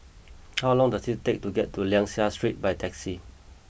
how long does it take to get to Liang Seah Street by taxi